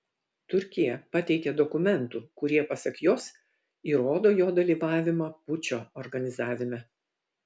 turkija pateikė dokumentų kurie pasak jos įrodo jo dalyvavimą pučo organizavime